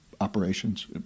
operations